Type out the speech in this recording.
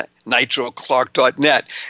NitroClark.net